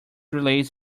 relays